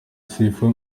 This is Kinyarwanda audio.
sifa